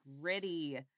gritty